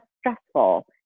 stressful